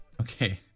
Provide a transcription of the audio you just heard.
Okay